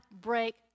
break